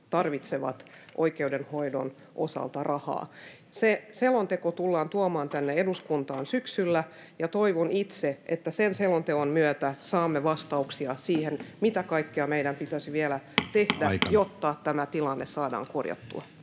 tarvitsevat oikeudenhoidon osalta rahaa. Se selonteko tullaan tuomaan tänne eduskuntaan syksyllä, ja toivon itse, että sen selonteon myötä saamme vastauksia siihen, mitä kaikkea meidän pitäisi vielä tehdä, [Puhemies koputtaa